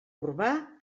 urbà